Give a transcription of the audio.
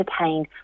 entertained